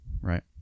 right